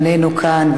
איננו כאן,